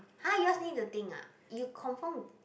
!huh! yours need to think ah you confirm